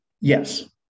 Yes